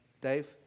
Dave